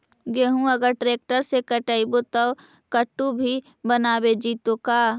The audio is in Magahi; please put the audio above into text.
गेहूं अगर ट्रैक्टर से कटबइबै तब कटु भी बनाबे जितै का?